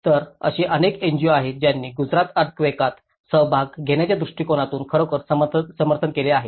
तर अशी अनेक एनजीओ आहेत ज्यांनी गुजरात अर्थक्वेकात सहभाग घेण्याच्या दृष्टिकोनातून खरोखरच समर्थन केले आहे